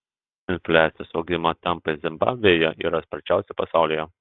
infliacijos augimo tempai zimbabvėje yra sparčiausi pasaulyje